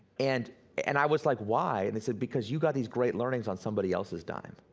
and and i was like why? and they said because you got these great learnings on somebody else's dime.